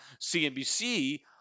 CNBC